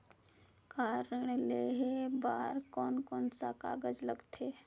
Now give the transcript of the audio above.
Car ऋण लेहे बार कोन कोन सा कागज़ लगथे?